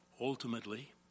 Ultimately